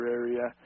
area